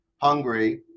Hungary